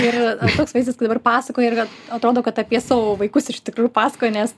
ir toks vaizdas kai dabar pasakoja ir vėl atrodo kad apie savo vaikus iš tikrųjų pasakoji nes